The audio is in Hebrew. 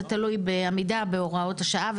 זה תלוי בעמידה בהוראות השעה,